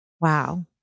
wow